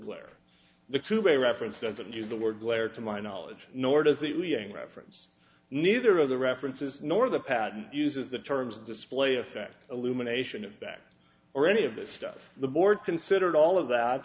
where the true way reference doesn't use the word glare to my knowledge nor does the leading reference neither of the references nor the patent uses the terms display effect illumination effect or any of that stuff the board considered all of that